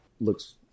looks